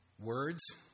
words